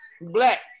Black